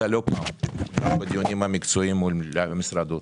והבעתי אותה לא פעם בדיונים המקצועיים במשרד האוצר,